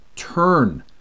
Turn